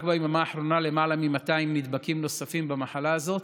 רק ביממה האחרונה יש למעלה מ-200 נדבקים נוספים במחלה הזו.